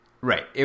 Right